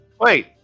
wait